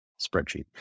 spreadsheet